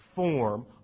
form